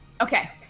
Okay